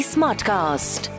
Smartcast